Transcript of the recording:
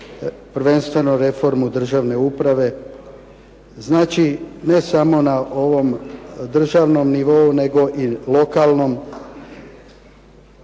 prvenstveno reformu državne uprave, znači ne samo na ovom državnom nivou nego i lokalnom.